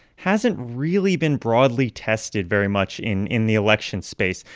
hasn't really been broadly tested very much in in the election space.